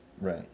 Right